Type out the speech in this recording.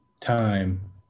time